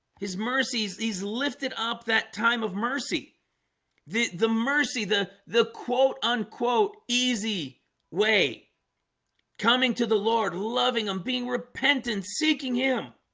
his mercy he's lifted up that time of mercy the the mercy the the quote unquote easy way coming to the lord loving him um being repentant seeking him